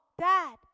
dad